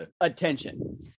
attention